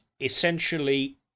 essentially